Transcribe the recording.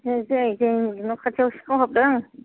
नै जोंनि न'खाथिआव सिखाव हाबदों